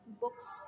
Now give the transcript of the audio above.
books